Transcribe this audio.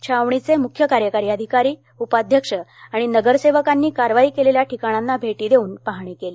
छावणीचे मुख्य कार्यकारी अधिकारी उपाध्यक्ष आणि नगरसेवकांनी कारवाई केलेल्या ठिकाणांना भेटी देऊन पाहणी केली